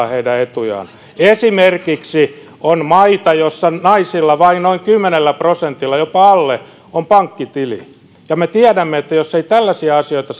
parantavat heidän etujaan on esimerkiksi maita joissa vain noin kymmenellä prosentilla naisista jopa alle on pankkitili me tiedämme että jos ei tällaisia asioita